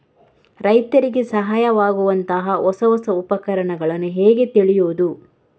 ರೈತರಿಗೆ ಸಹಾಯವಾಗುವಂತಹ ಹೊಸ ಹೊಸ ಉಪಕರಣಗಳನ್ನು ಹೇಗೆ ತಿಳಿಯುವುದು?